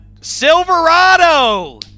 Silverado